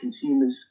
consumers